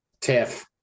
TIFF